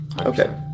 Okay